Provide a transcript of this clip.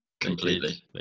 Completely